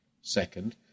Second